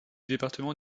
département